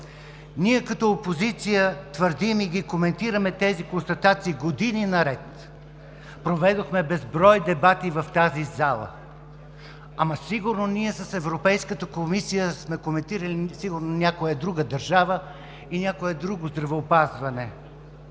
Ние като опозиция твърдим и коментираме тези констатации години наред. Проведохме безброй дебати в тази зала, ама сигурно ние с Европейската комисия сме коментирали някоя друга държава и някое друго здравеопазване.